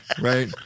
right